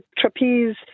trapeze